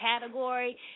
category